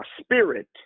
spirit